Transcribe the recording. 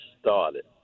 started